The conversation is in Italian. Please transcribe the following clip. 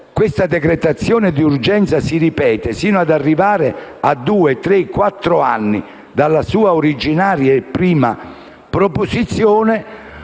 questa decretazione d'urgenza si ripete sino ad arrivare a due, tre o quattro anni dalla sua originaria e prima proposizione,